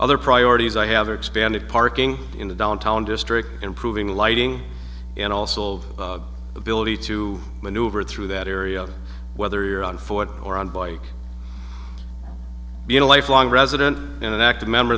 other priorities i have expanded parking in the downtown district improving lighting and also the ability to maneuver through that area whether you're on foot or on boy being a lifelong resident been an active member